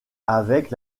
avec